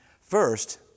First